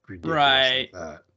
right